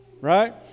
Right